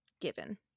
given